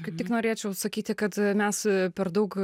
kaip tik norėčiau sakyti kad mes per daug